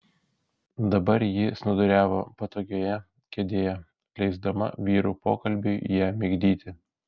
dabar ji snūduriavo patogioje kėdėje leisdama vyrų pokalbiui ją migdyti